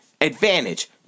Advantage